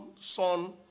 son